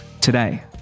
Today